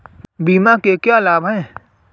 बीमा के क्या लाभ हैं?